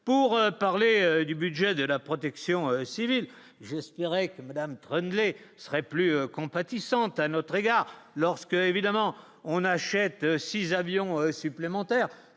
pour parler du budget de la protection civile, je dirais que Madame prenez serait plus compatissante à notre égard, lorsque évidemment on achète 6 avions supplémentaires